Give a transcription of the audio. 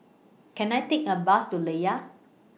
Can I Take A Bus to Layar